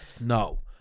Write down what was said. no